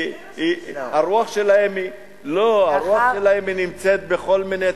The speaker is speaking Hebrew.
הרוח שלהם נמצאת בכל מיני,